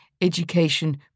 education